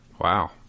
Wow